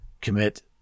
commit